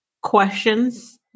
questions